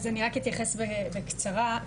אני אתייחס בקצרה.